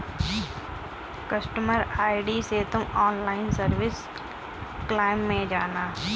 customer ID से तुम online service column में जाना